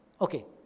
Okay